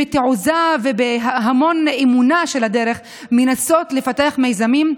ובתעוזה ובהמון אמונה בדרך הן מנסות לפתח מיזמים,